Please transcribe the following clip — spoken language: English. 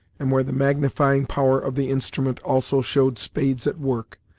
and where the magnifying power of the instrument also showed spades at work,